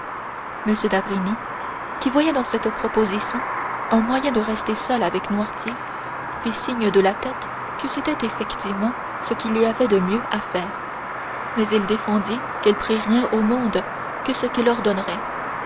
m d'avrigny qui voyait dans cette proposition un moyen de rester seul avec noirtier fit signe de la tête que c'était effectivement ce qu'il y avait de mieux à faire mais il défendit qu'elle prit rien au monde que ce qu'il ordonnerait